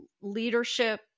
leadership